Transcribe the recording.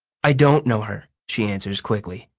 i don't know her, she answers quickly.